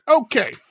Okay